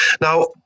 Now